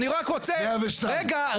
בהר סיני, 102. רגע,